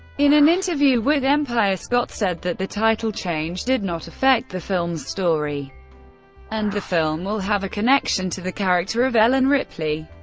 in an interview with empire, scott said that the title change did not affect the film's story and the film will have a connection to the character of ellen ripley.